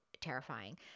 terrifying